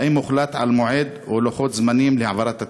2. האם הוחלט על מועד או לוחות זמנים להעברת התקציבים?